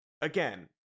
again